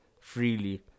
freely